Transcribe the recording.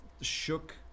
shook